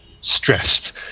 stressed